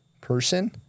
person